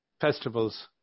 festivals